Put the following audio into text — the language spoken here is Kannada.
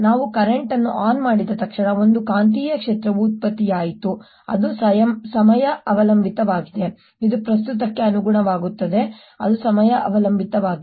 ನಾವು ಕರೆಂಟ್ ಅನ್ನು ಆನ್ ಮಾಡಿದ ತಕ್ಷಣ ಒಂದು ಕಾಂತೀಯ ಕ್ಷೇತ್ರವು ಉತ್ಪತ್ತಿಯಾಯಿತು ಅದು ಸಮಯ ಅವಲಂಬಿತವಾಗಿದೆ ಇದು ಪ್ರಸ್ತುತಕ್ಕೆ ಅನುಗುಣವಾಗಿರುತ್ತದೆ ಅದು ಸಮಯ ಅವಲಂಬಿತವಾಗಿದೆ